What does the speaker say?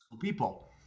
people